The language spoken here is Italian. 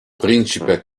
principe